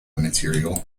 material